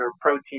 protein